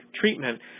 treatment